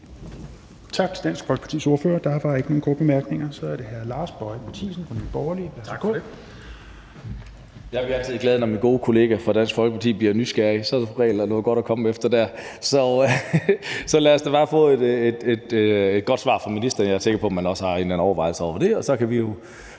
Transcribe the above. Tak til Dansk Folkepartis ordfører. Der var ikke nogen korte bemærkninger. Så er det hr. Lars Boje Mathiesen fra Nye Borgerlige. Værsgo. Kl. 10:18 (Ordfører) Lars Boje Mathiesen (NB): Tak for det. Jeg bliver altid glad, når min gode kollega fra Dansk Folkeparti bliver nysgerrig. Så er der som regel noget godt at komme efter der. Lad os da bare få et godt svar fra ministeren. Jeg er sikker på, at man også har en eller anden overvejelse over det. Så kan vi få